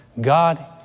God